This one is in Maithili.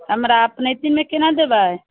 हमरा अपनैतीमे केना देबै